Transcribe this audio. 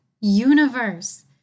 universe